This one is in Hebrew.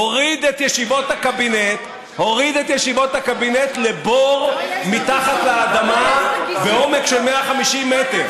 הוריד את ישיבות הקבינט לבור מתחת לאדמה בעומק של 150 מטר.